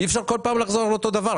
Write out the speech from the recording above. אי-אפשר לחזור כל הזמן על אותו הדבר.